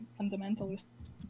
fundamentalists